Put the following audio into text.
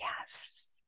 yes